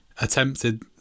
attempted